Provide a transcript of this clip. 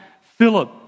Philip